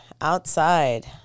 outside